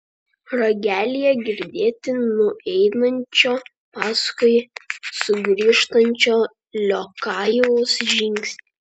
ragelyje girdėti nueinančio paskui sugrįžtančio liokajaus žingsniai